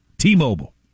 T-Mobile